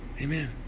Amen